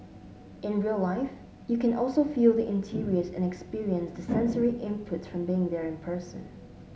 in real life you can also feel the interiors and experience the sensory inputs from being there in person